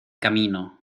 camino